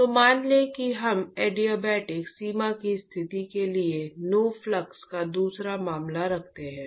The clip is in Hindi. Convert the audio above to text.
तो मान लें कि हम अड़िआबाटिक सीमा की स्थिति के लिए नो फ्लक्स का दूसरा मामला रखते हैं